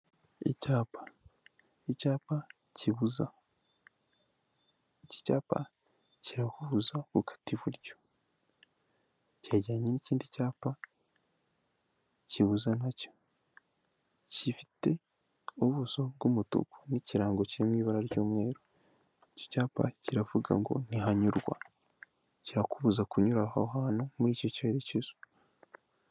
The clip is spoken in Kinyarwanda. Icyapa kibuza, iki icyapa kirahuza gukata iburyo, kegeranye n'ikindi cyapa kibuza, nacyo gifite ubuso bw'umutuku n'ikirango kirimo ibara ry'umweru, iki cyapa kiravuga ngo ntihanyurwa kikubuza kunyura aho hantu muri icyo kerekezo.